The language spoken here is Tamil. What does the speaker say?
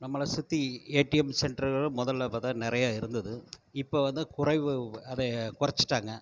நம்மளை சுற்றி ஏடிஎம் சென்டர்கள் முதல்ல பார்த்தா நிறையா இருந்தது இப்போது வந்து குறைவு அதை குறைச்சிட்டாங்க